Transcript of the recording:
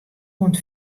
oant